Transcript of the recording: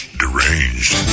deranged